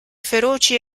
feroci